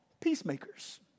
peacemakers